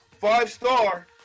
Five-star